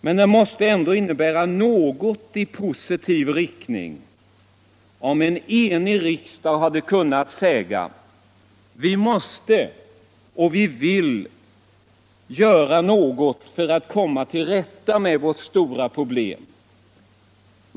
Men det hade ändå inneburit något i positiv riktning om en enig riksdag hade kunnat säga: Vi måste och vi vill göra något för att komma till rätta med vårt stora problem.